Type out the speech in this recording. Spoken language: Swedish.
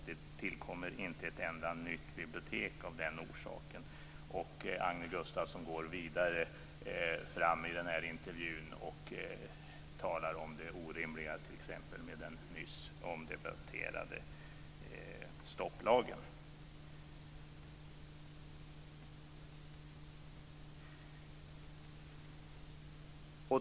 Det tillkommer inte ett enda nytt bibliotek av den orsaken. Agne Gustafsson går vidare fram i intervjun och talar om det orimliga i t.ex. den nyss omdebatterade stopplagen.